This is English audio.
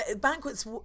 banquets